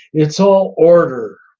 it's all order,